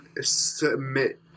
submit